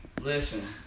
Listen